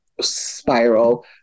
spiral